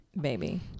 baby